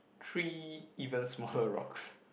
three even smaller rocks